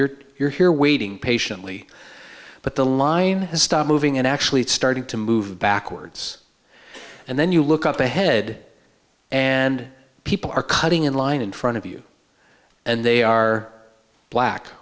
you're you're here waiting patiently but the line stop moving and actually starting to move backwards and then you look up ahead and people are cutting in line in front of you and they are black